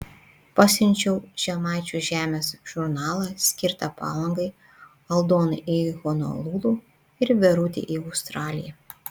pasiunčiau žemaičių žemės žurnalą skirtą palangai aldonai į honolulu ir verutei į australiją